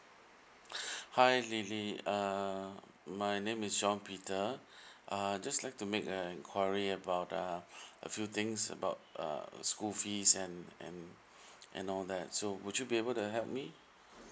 hi lily uh my name is john peter uh just like to make an inquiry about uh few things about uh school fees and and and all that so would you be able to help me